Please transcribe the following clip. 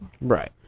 Right